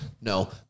No